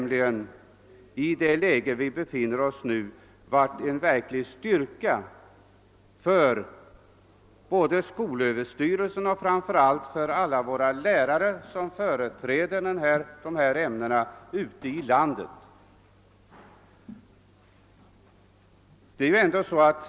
Det skulle i det läge vari vi befinner oss ha varit av stor betydelse för skolöverstyrelsen och framför allt för alla de lärare ute i landet som undervisar i dessa ämnen.